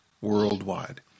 Worldwide